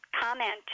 comment